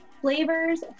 Flavors